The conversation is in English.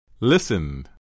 Listen